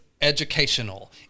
educational